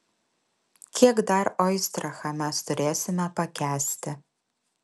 kiek dar oistrachą mes turėsime pakęsti